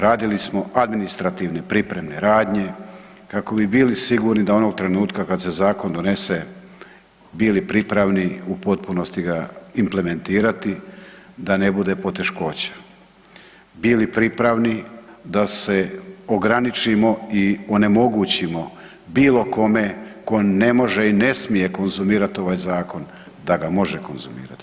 Radili smo administrativne pripremne radnje kako bi bili sigurni da onog trenutka kad se zakon donese, bili pripravni u potpunosti ga implementirati da ne bude poteškoća, bili pripravni da se ograničimo i onemogućimo bilo kome ko ne može i ne smije konzumirati ovaj zakon, da ga može konzumirati.